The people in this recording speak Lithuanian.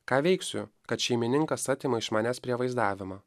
ką veiksiu kad šeimininkas atima iš manęs prie vaizdavimą